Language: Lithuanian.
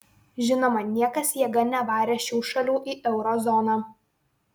žinoma niekas jėga nevarė šių šalių į euro zoną